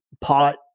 pot